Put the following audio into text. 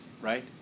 right